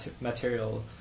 material